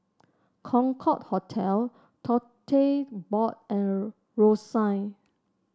Concorde Hotel Tote Board and Rosyth